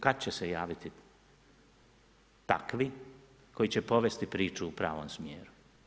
Kad će se javiti takvi koji će povesti priču u pravom smjeru?